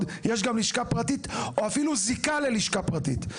יש גם לשכה פרטית או אפילו זיקה ללשכה פרטית.